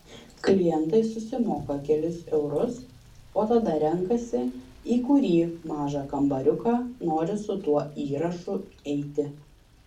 klientai susimoka kelis eurus o tada renkasi į kurį mažą kambariuką nori su tuo įrašu eiti